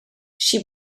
she